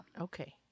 Okay